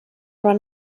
run